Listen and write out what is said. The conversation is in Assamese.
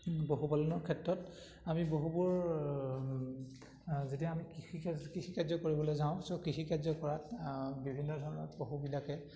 পশুপালনৰ ক্ষেত্ৰত আমি বহুবোৰ যেতিয়া আমি কৃষি কৃষিকাৰ্য কৰিবলৈ যাওঁ চ' কৃষিকাৰ্য কৰাত বিভিন্ন ধৰণৰ পশুবিলাকে